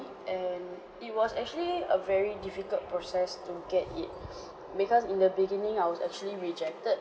and it was actually a very difficult process to get it because in the beginning I was actually rejected